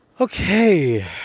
Okay